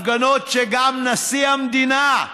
הפגנות שגם נשיא המדינה,